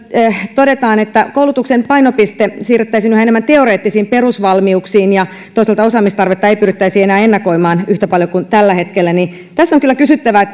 todetaan että koulutuksen painopiste siirrettäisiin yhä enemmän teoreettisiin perusvalmiuksiin ja toisaalta osaamistarvetta ei pyrittäisi enää ennakoimaan yhtä paljon kuin tällä hetkellä tässä on kyllä kysyttävä